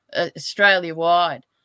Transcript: Australia-wide